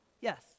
yes